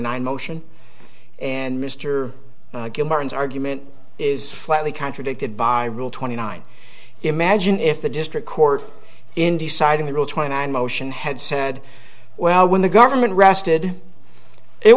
nine motion and mr martin's argument is flatly contradicted by rule twenty nine imagine if the district court in deciding the rule twenty nine motion had said well when the government rested it